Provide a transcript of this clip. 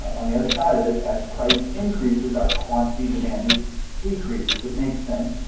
on the other side of it as price increases our quantity demanded decreases. it make sense,